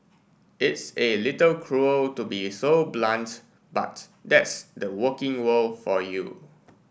it's a little cruel to be so blunt but that's the working world for you